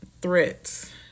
threats